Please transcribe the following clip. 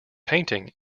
painting